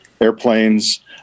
airplanes